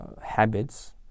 habits